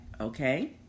Okay